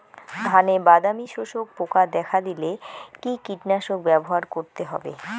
ধানে বাদামি শোষক পোকা দেখা দিলে কি কীটনাশক ব্যবহার করতে হবে?